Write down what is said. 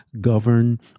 govern